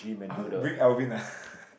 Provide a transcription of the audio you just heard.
I want to bring Alvin ah ppo